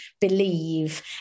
believe